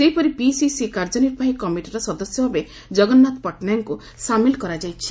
ସେହିପରି ପିସିସି କାର୍ଯ୍ୟନିବ୍ରାହୀ କମିଟିର ସଦସ୍ୟ ଭାବେ ଜଗନ୍ନାଥ ପଟ୍ଟନାୟକଙ୍କୁ ସାମିଲ୍ କରାଯାଇଛି